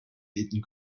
läden